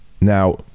Now